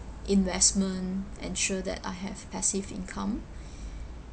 investment ensure that I have passive income